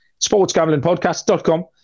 Sportsgamblingpodcast.com